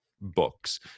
books